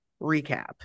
recap